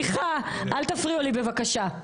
סליחה, אל תפריעו לי בבקשה.